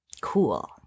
Cool